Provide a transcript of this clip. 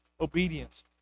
obedience